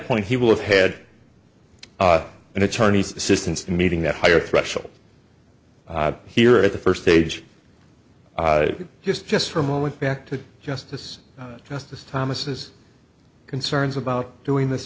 point he will have head and attorneys assistance to meeting that higher threshold here at the first stage just just for a moment back to justice justice thomas has concerns about doing this